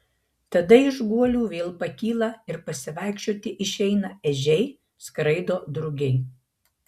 tada iš guolių vėl pakyla ir pasivaikščioti išeina ežiai skraido drugiai